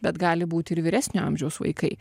bet gali būti ir vyresnio amžiaus vaikai